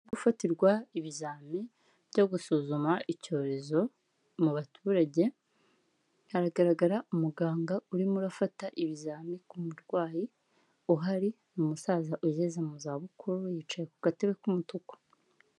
Gufatirwa ibizami byo gusuzuma icyorezo mu baturage, haragaragara umuganga urimo urafata ibizami ku murwayi, uhari ni umusaza ugeze mu za bukuru yicaye ku gatebe k'umutuku.